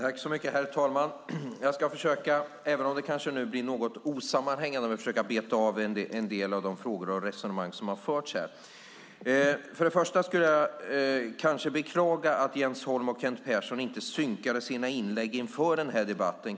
Herr talman! Jag ska försöka, även om det kanske blir något osammanhängande, att beta av en del av de frågor och resonemang som har förts fram här. Först och främst skulle jag kanske vilja beklaga att Jens Holm och Kent Persson inte synkade sina inlägg inför den här debatten.